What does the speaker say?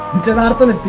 denials and